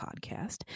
podcast